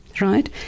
right